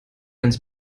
ganz